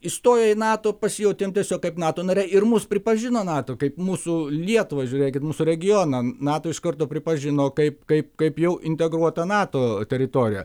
įstoję į nato pasijautėm tiesiog kaip nato nare ir mus pripažino nato kaip mūsų lietuvą žiūrėkit mūsų regioną nato iš karto pripažino kaip kaip kaip jau integruotą nato teritoriją